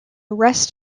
rest